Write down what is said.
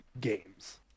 games